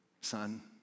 son